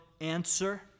answer